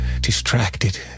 distracted